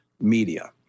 media